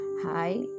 hi